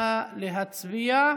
נא להצביע.